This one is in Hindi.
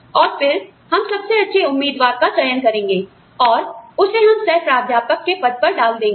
और फिर हम सबसे अच्छे उम्मीदवार का चयन करेंगे और उसे हम सह प्राध्यापक के पद पर डाल देंगे